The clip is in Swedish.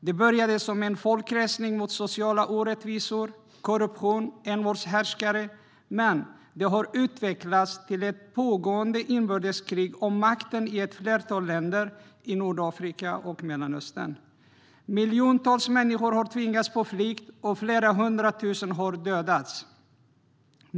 Det började som en folkresning mot sociala orättvisor, korruption och envåldshärskare men har utvecklats till ett pågående inbördeskrig om makten i ett flertal länder i Nordafrika och Mellanöstern. Miljontals människor har tvingats på flykt, och flera hundra tusen har dödats.